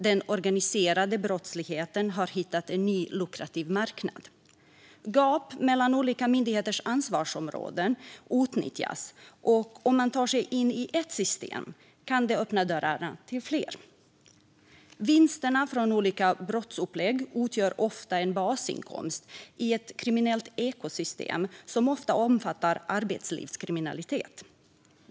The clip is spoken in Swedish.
Den organiserade brottsligheten har hittat en ny lukrativ marknad. Gap mellan olika myndigheters ansvarsområden utnyttjas, och om man tar sig in i ett system kan det öppna dörrarna till fler. Vinsterna från olika brottsupplägg utgör ofta en basinkomst i ett kriminellt ekosystem som ofta också omfattar arbetslivskriminalitet.